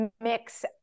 mix